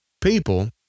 people